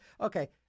okay